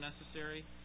necessary